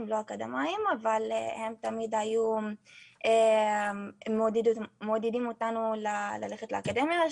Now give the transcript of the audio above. הם לא אקדמאיים אבל הם תמיד היו מעודדים אותנו ללכת לאקדמיה.